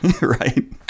right